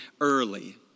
early